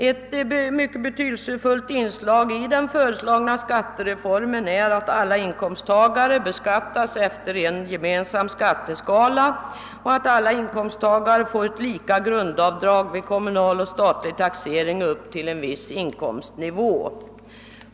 Ett mycket betydelsefullt inslag i den föreslagna skattereformen är att alla inkomsttagare beskattas efter en gemensam skatteskala och får ett lika stort grundavdrag vid kommunal och statlig taxe ring upp till en viss inkomstnivå.